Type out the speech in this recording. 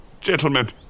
Gentlemen